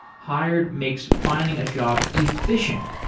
hired makes finding a job efficient,